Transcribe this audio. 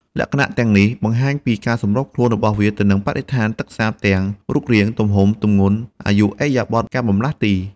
លក្ខណៈទាំងនេះបង្ហាញពីការសម្របខ្លួនរបស់វាទៅនឹងបរិស្ថានទឹកសាបទាំង រូបរាង ទំហំ ទម្ងន់ អាយុ ឥរិយាបថ ការបម្លាស់ទី។